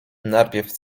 najpierw